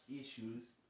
issues